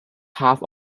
half